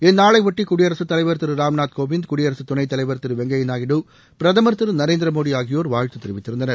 இந்நாளையொட்டி குடியரசுத் தலைவர் திரு ராம்நாத் கோவிந்த் குடியரசு துணைத்தலைவர் திரு வெங்கையா நாயுடு பிரதமர் திரு நரேந்திரமோடி ஆகியோர் வாழ்த்து தெரிவித்திருந்தனர்